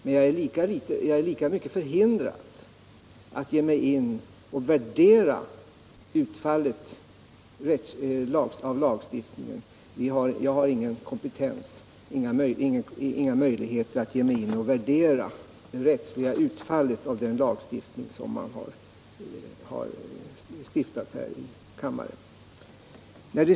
Men jag har ingen kompetens eller möjlighet att gå in och värdera det rättsliga utfallet av de lagar man har stiftat här i kammaren.